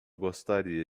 gostaria